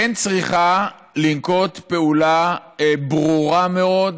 כן צריכה לנקוט פעולה ברורה מאוד,